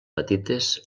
petites